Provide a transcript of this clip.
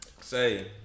Say